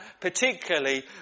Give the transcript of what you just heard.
particularly